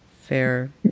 fair